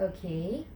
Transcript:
okay